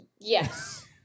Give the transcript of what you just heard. Yes